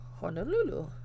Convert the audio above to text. Honolulu